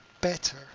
better